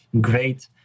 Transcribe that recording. great